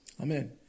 Amen